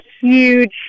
huge